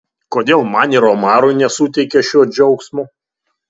kodėl man ir omarui nesuteikė šio džiaugsmo